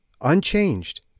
unchanged